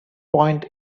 point